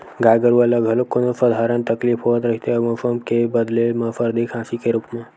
गाय गरूवा ल घलोक कोनो सधारन तकलीफ होवत रहिथे मउसम के बदले म सरदी, खांसी के रुप म